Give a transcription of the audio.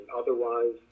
Otherwise